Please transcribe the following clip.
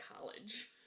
college